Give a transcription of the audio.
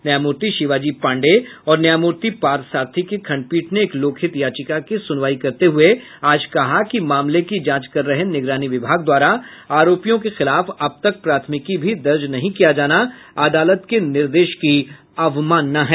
न्यायमूर्ति शिवाजी पाण्डेय और न्यायमूर्ति पार्थसारथी की खंडपीठ ने एक लोकहित याचिका की सुनवाई करते हुए आज कहा कि मामले की जांच कर रहे निगरानी विभाग द्वारा आरोपियों के खिलाफ अब तक प्राथमिकी भी दर्ज नहीं किया जाना अदालत के निर्देश की अवमानना है